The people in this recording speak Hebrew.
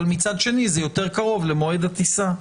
אבל מצד שני זה יותר קרוב למועד הטיסה,